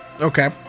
Okay